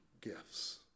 gifts